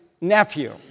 nephew